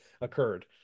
occurred